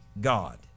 God